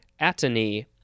atony